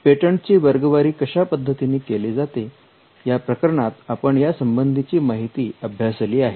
पेटंटची वर्गवारी कशा पद्धतीने केली जाते या प्रकरणात आपण या संबंधीची माहिती अभ्यासली आहे